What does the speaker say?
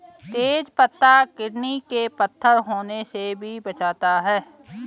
तेज पत्ता किडनी में पत्थर होने से भी बचाता है